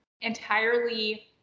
entirely